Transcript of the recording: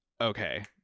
okay